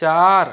चार